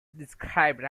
described